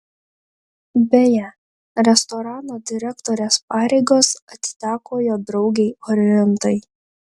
beje restorano direktorės pareigos atiteko jo draugei orintai